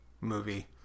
movie